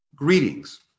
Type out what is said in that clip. Greetings